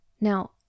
Now